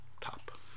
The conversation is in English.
top